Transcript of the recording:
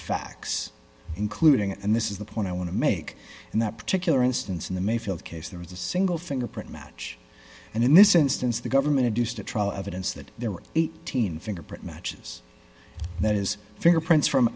facts including and this is the point i want to make in that particular instance in the mayfield case there is a single fingerprint match and in this instance the government a deuce the trial evidence that there were eighteen fingerprint matches that is fingerprints from